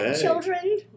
children